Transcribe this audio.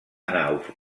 anar